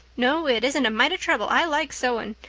no, it isn't a mite of trouble. i like sewing.